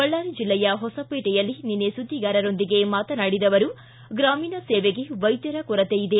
ಬಳ್ಳಾರಿ ಜೆಲ್ಲೆಯ ಹೊಸಪೇಟೆಯಲ್ಲಿ ನಿನ್ನೆ ಸುದ್ದಿಗಾರರೊಂದಿಗೆ ಮಾತನಾಡಿದ ಅವರು ಗ್ರಾಮೀಣ ಸೇವೆಗೆ ವೈದ್ಯರ ಕೊರತೆ ಇದೆ